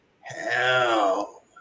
hell